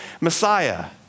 Messiah